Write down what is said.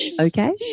Okay